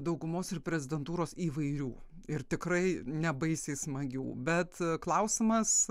daugumos ir prezidentūros įvairių ir tikrai ne baisiai smagių bet klausimas